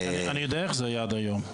אני יודע איך זה היה עד היום,